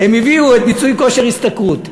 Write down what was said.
הם הביאו את מיצוי כושר השתכרות.